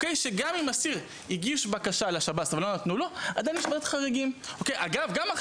שגם אם אסיר הגיש בקשה לשב"ס ולא נתנו לו עדיין יש ועדת חריגים.